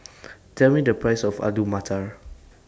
Tell Me The Price of Alu Matar